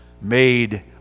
made